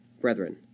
Brethren